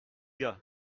gars